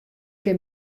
kin